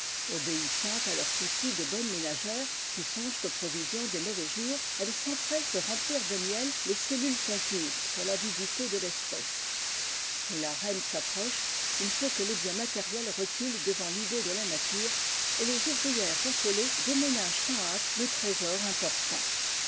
obéissant à leurs soucis de bonnes ménagères qui songent aux provisions des mauvais jours elles s'empressent de remplir de miel les cellules conquises sur l'avidité de l'espèce mais la reine s'approche il faut que les biens matériels reculent devant l'idée de la nature et les ouvrières affolées déménagent en hâte le trésor importun